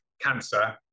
cancer